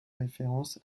référence